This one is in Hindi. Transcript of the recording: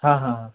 हाँ